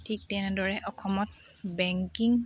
ঠিক তেনেদৰে অসমত বেংকিং